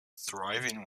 thriving